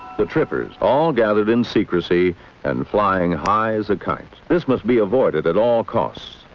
the trippers all gathered in secrecy and flying high as a kite. this must be avoided at all costs,